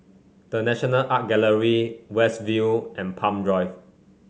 The National Art Gallery West View and Palm Drive